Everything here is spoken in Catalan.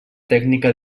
tècnica